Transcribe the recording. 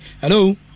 Hello